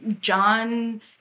John